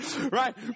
right